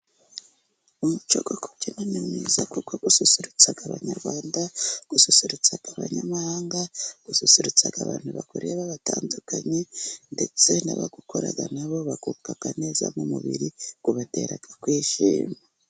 Umuco wo kubyina ni mwiza kuko ususurutsa abanyarwanda, ususurutsa abanyamahanga, ususurutsa abantu bawureba batandukanye, ndetse n' abawukora na bo bagubwa neza mu mubiri ubatera kwishima.